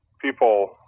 people